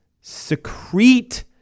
secrete